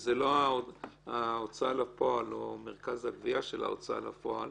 שכאילו אני נותן לך הלוואה ואתה לא משלם כלום,